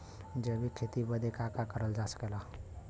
जैविक खेती बदे का का करल जा सकेला?